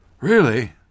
Really